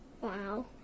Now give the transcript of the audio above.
Wow